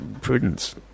Prudence